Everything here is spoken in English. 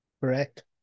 correct